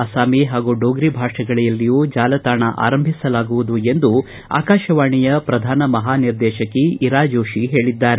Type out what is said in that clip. ಅಸ್ತಾಮಿ ಹಾಗೂ ಡೋಗ್ರಿ ಭಾಷೆಗಳಲ್ಲಿಯೂ ಜಾಲತಾಣ ಆರಂಭಿಸಲಾಗುವುದು ಎಂದು ಆಕಾಶವಾಣಿಯ ಪ್ರಧಾನ ಮಹಾನಿರ್ದೇಶಕಿ ಇರಾ ಜೋತಿ ಹೇಳದ್ದಾರೆ